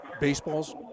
baseball's